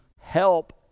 help